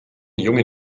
jungen